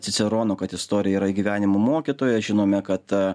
cicerono kad istorija yra gyvenimo mokytoja žinome kad